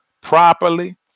properly